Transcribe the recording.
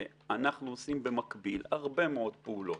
שאנחנו עושים במקביל הרבה מאוד פעולות,